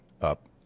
up